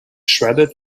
shredded